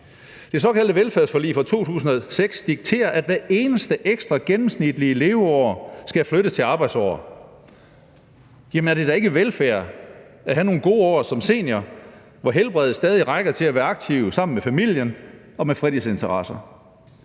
Det såkaldte velfærdsforlig fra 2006 dikterer, at hvert eneste ekstra gennemsnitlige leveår skal flyttes til arbejdsår. Jamen er det da ikke velfærd at have nogle gode år som senior, hvor helbredet stadig rækker til at være aktiv sammen med familien og have fritidsinteresser?